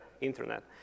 internet